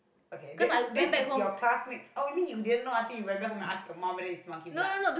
ok then then did your classmate oh you mean your didn't know until you went back home and ask his mom it's monkey blood